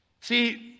See